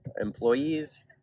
employees